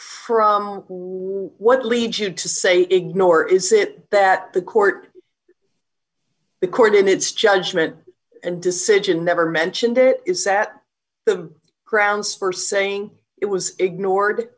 from what leads you to say ignore is it that the court record in its judgment and decision never mentioned it is that the grounds for saying it was ignored